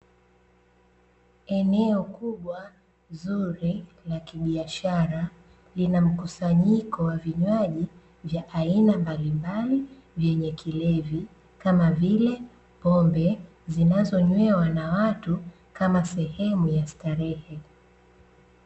Eneo kubwa zuri la kibiashara linamkusanyiko wa vinywaji vya aina mbalimbali vyenye kilevi, kama vile pombe zinazonywewa na watu kama sehemu ya starehe .